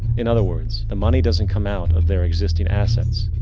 in other words, the money doesn't come out of their existing assets.